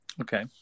Okay